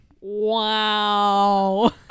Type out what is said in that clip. Wow